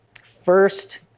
first